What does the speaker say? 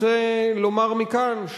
רוצה לומר מכאן,